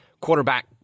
quarterback